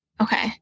Okay